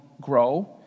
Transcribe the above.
grow